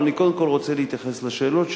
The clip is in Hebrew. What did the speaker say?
אבל אני קודם כול רוצה להתייחס לשאלות שלו,